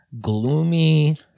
gloomy